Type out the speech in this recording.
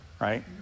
right